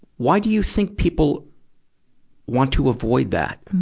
why do you think people want to avoid that?